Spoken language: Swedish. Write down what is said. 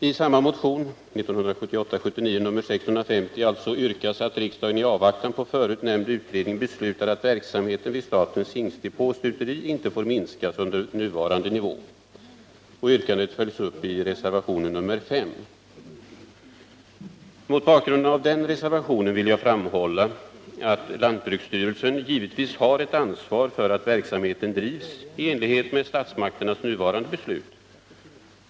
I samma motion, 1978/79:650, yrkas att riksdagen i avvaktan på förut nämnd utredning beslutar att verksamheten vid statens hingstdepå och stuteri inte får minskas under nuvarande nivå. Yrkandet följs upp i reservationen 5. Mot bakgrund av denna reservation vill jag framhålla att lantbruksstyrelsen givetvis har ett ansvar för att verksamheten drivs i enlighet med statsmakternas beslut.